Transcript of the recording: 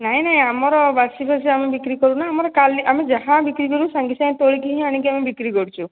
ନାଇଁ ନାଇଁ ଆମର ବାସି ଫାସି ଆମେ ବିକ୍ରି କରୁନା ଆମର କାଲି ଆମେ ଯାହା ବିକ୍ରି କରୁ ସାଙ୍ଗେ ସାଙ୍ଗେ ତୋଳିକି ହିଁ ବିକ୍ରି କରୁଛୁ